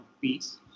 peace